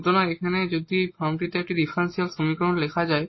সুতরাং এখানে যদি এই ফর্মটিতে একটি ডিফারেনশিয়াল সমীকরণ লেখা যায়